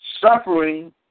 suffering